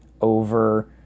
over